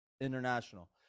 international